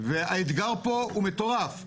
והאתגר פה הוא מטורף,